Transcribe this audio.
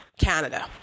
Canada